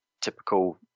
typical